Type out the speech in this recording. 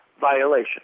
violation